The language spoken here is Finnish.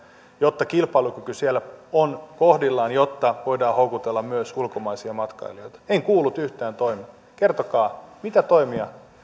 jotta kilpailukyky siellä on kohdillaan jotta voidaan houkutella myös ulkomaisia matkailijoita en kuullut yhtään tointa kertokaa mitä toimia